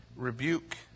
Rebuke